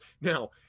Now